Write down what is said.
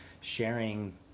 sharing